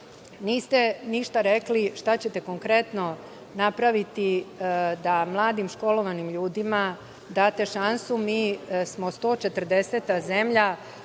niste ništa rekli šta ćete konkretno napraviti da mladim školovanim ljudima date šansu. Mi smo 140. zemlja